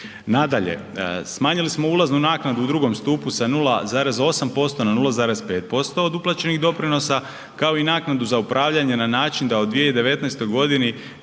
Nadalje, smanjili smo ulaznu naknadu u drugom stupu sa 0,8% na 0,5% od uplaćenih doprinosa kao i naknadu za upravljanje na način da u 2019. godini